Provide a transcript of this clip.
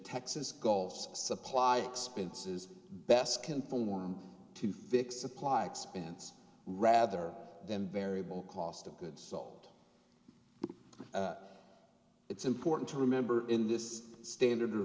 texas gulf supply expenses best conform to fix supply expense rather than variable cost of goods sold it's important to remember in this standard